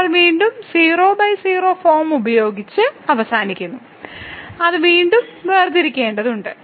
നമ്മൾ വീണ്ടും 00 ഫോം ഉപയോഗിച്ച് അവസാനിക്കുന്നു അത് വീണ്ടും വേർതിരിക്കേണ്ടതുണ്ട്